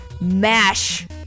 mash